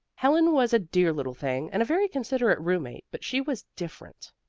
helen was a dear little thing and a very considerate roommate, but she was different.